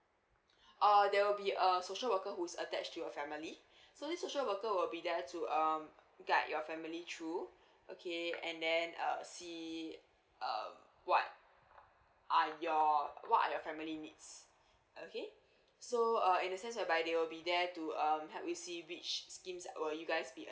err there will be a social worker who's attached to your family so this social worker will be there to um guide your family through okay and then uh see uh what are your what are your family needs okay so uh in the sense whereby they will be there to um help you see which schemes will you guys be